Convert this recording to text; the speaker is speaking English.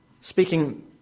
Speaking